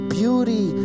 beauty